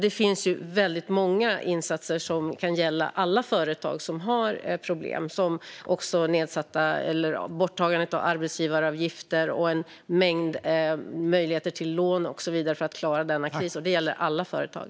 Det finns väldigt många insatser som kan gälla alla företag som har problem, till exempel borttagandet av arbetsgivaravgifter, möjligheter till lån och så vidare för att man ska kunna klara denna kris. Det gäller alla företag.